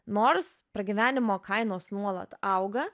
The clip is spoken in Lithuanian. nors pragyvenimo kainos nuolat auga